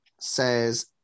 says